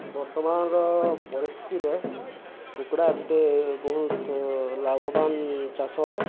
ବର୍ତ୍ତମାନର ପରିସ୍ଥିତିରେ କୁକୁଡ଼ା ଗୋଟେ ବହୁତ ଲାଭବନ୍ ଚାଷ ହୁଏ